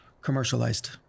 commercialized